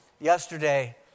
Yesterday